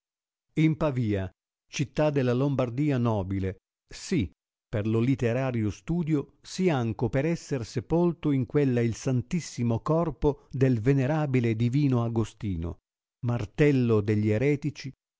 in pavia città della lombardia nobile sì per lo literario studio sì anco per essere sepolto in quella il santissimo corpo del venerabile e divino agostino martello degli eretici